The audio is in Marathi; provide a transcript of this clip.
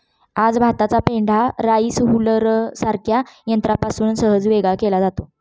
आज भाताचा पेंढा राईस हुलरसारख्या यंत्रापासून सहज वेगळा केला जातो